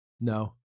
No